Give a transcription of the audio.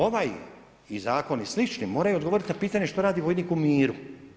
Ovaj i zakoni slični moraju odgovoriti na pitanje što radi vojnik u miru.